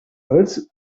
words